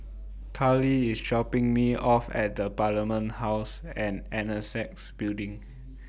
Karley IS dropping Me off At Parliament House and Annexe Building